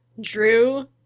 drew